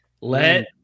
Let